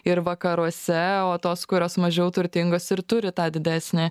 ir vakaruose o tos kurios mažiau turtingos ir turi tą didesnį